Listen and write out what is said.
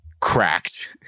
cracked